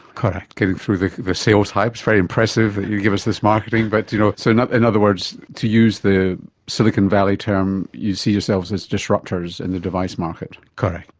correct. cutting through the sales hype. it's very impressive that you give us this marketing, but you know so in ah and other words, to use the silicon valley term, you see yourselves as disrupters in the device market. correct.